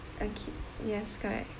okay yes correct